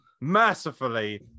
mercifully